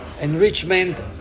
enrichment